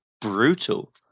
brutal